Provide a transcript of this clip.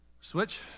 Switch